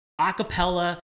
acapella